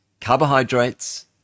carbohydrates